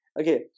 Okay